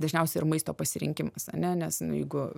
dažniausiai ir maisto pasirinkimas ane nes jeigu